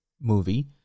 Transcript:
movie